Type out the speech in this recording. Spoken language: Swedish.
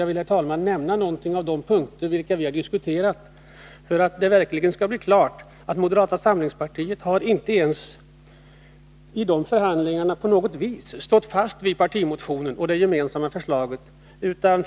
Jag vill, herr talman, nämna några av de punkter som vi har diskuterat för att det verkligen skall stå klart att moderata samlingspartiet i förhandlingarna inte på något vis har stått fast vid partimotionen och det gemensamma förslaget från utredningen.